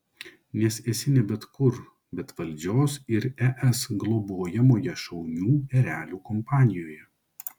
nes esi ne bet kur bet valdžios ir es globojamoje šaunių erelių kompanijoje